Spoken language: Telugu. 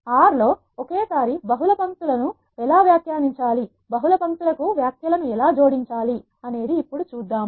ఆర్ R లో ఒకేసారి బహుళ పంక్తుల కు వ్యాఖ్యలను ఎలా జోడించాలి ఇప్పుడు చూద్దాం